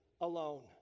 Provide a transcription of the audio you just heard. alone